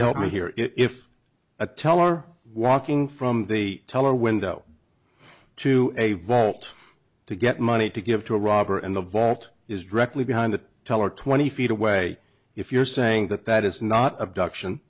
help me here if a teller walking from the teller window to a vault to get money to give to a robber in the vault is directly behind the teller twenty feet away if you're saying that that is not abduction